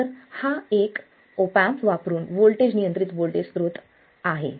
तर हा एक ऑप एम्प वापरुन व्होल्टेज नियंत्रित व्होल्टेज स्त्रोत आहे